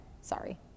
sorry